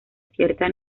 cierta